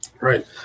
Right